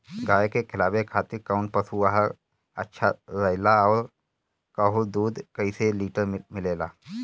गाय के खिलावे खातिर काउन पशु आहार अच्छा रहेला और ओकर दुध कइसे लीटर मिलेला?